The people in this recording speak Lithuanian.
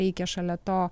reikia šalia to